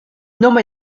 nome